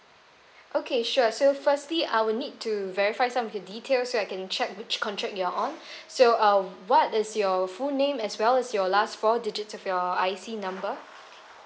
okay sure so firstly I will need to verify some of the details so I can check which contract you're on so uh what is your full name as well as your last four digits of your I_C number